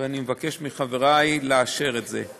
ואני מבקש מחברי לאשר את זה.